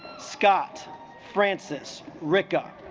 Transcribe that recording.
scott francis ricca